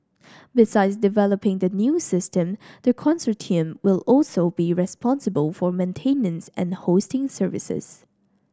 besides developing the new system the consortium will also be responsible for maintenance and hosting services